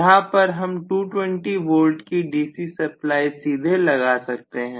यहां पर हम 220V की डीसी सप्लाई सीधे लगा सकते हैं